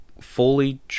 fully